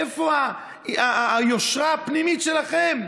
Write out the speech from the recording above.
איפה היושרה הפנימית שלכם?